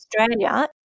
Australia